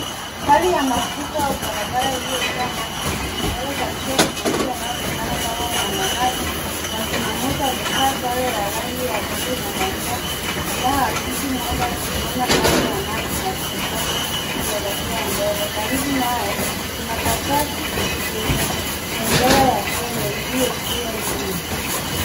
Hali ya mafuriko au barabara iliyojaa maji mengi. Mbele kabisa kuna mtu anayeonekana kama mwanamaji. Wazima moto amevaa sare ya rangi ya buluu na manjano inayoakisi mwanga; akisimama ndani ya maji na kutazama kuelekea mbele. Karibu naye kuna bajaji yenye bendera ya Kenya iliyotiwa nyuma.